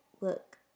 look